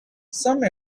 some